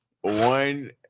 One